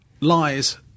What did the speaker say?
lies